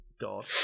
god